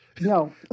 No